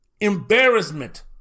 Embarrassment